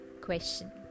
question